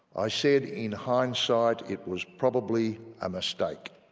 i said in hindsight it was probably a mistake,